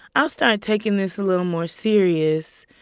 i'll start taking this a little more serious.